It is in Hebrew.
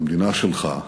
במדינה שלך,